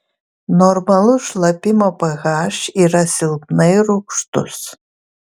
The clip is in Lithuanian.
normalus šlapimo ph yra silpnai rūgštus